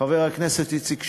חבר הכנסת איציק שמולי,